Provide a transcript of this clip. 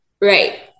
Right